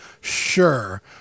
sure